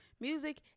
Music